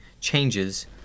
changes